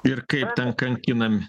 ir kaip ten kankinami